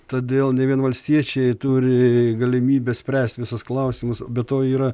todėl ne vien valstiečiai turi galimybę spręst visus klausimus be to yra